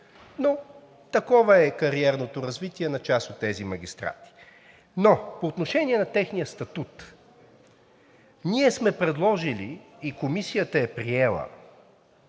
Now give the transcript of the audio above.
Но такова е кариерното развитие на част от тези магистрати. Но по отношение на техния статут. Ние сме предложили и Комисията е приела